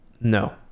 No